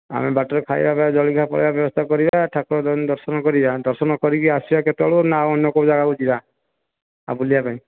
ଆମେ ବାଟରେ ଖାଇବା ପାଇଁ ଜଳଖିଆ ଫଳଖିଆ ବ୍ୟବସ୍ଥା କରିବା ଠାକୁର ଦର୍ଶନ କରିବା ଦର୍ଶନ କରିକି ଆସିବା କେତେବେଳକୁ ନା ଅନ୍ୟ କେଉଁ ଜାଗାକୁ ଯିବା ଆଉ ବୁଲିବା ପାଇଁ